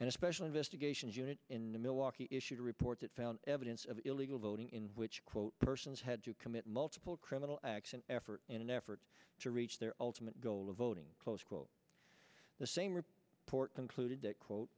and a special investigations unit in milwaukee issued a report that found evidence of illegal voting in which quote persons had to commit multiple criminal acts and effort in an effort to reach their ultimate goal of voting close quote the same or port concluded that quote